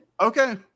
Okay